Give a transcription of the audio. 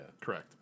Correct